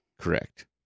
Correct